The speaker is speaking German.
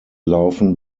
laufen